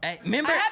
Remember